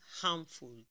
harmful